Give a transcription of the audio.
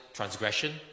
transgression